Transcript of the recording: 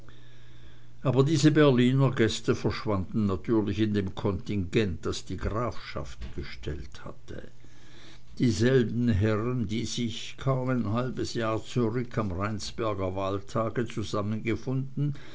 aber diese berliner gäste verschwanden natürlich in dem kontingent das die grafschaft gestellt hatte dieselben herren die sich kaum ein halbes jahr zurück am rheinsberger wahltage zusammengefunden